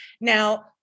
Now